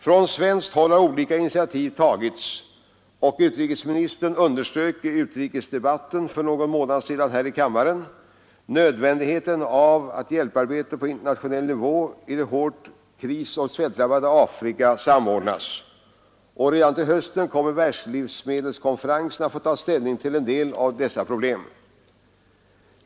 Från svenskt håll har olika initiativ tagits, och utrikesministern underströk i utrikesdebatten för någon månad sedan här i kammaren nödvändigheten av att hjälparbetet på internationell nivå i det hårt krisoch svältdrabbade Afrika samordnas. Redan till hösten kommer Världslivsmedelskonferensen att få ta ställning till en del av dessa problem.